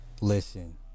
Listen